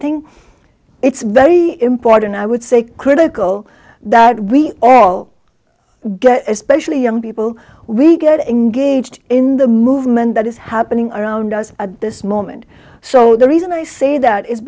think it's very important i would say critical that we all get especially young people we get engaged in the movement that is happening around us at this moment so the reason i say that is